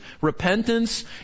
Repentance